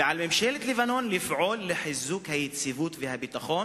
ועל ממשלת לבנון לפעול לחיזוק היציבות והביטחון